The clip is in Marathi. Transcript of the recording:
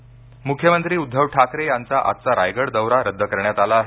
निसर्ग मुख्यमंत्री उद्धव ठाकरे यांचा आजचा रायगड दौरा रद्द करण्यात आला आहे